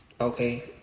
Okay